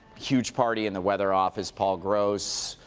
huge party in the weather office. paul gross,